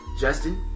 Justin